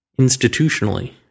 institutionally